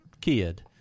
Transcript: kid